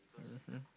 mmhmm